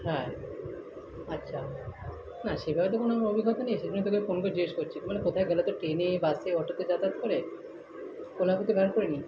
হ্যাঁ আচ্ছা না সেভাবে তো কোনো আমার অভিজ্ঞতা নেই সে জন্যই তোকে ফোন করে জিজ্ঞেস করছি মানে কোথাও গেলে তোর ট্রেনে বাসে অটোতে যাতায়াত করে ওলা উবর তো ব্যারাকপুরে নেই